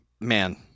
man